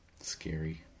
scary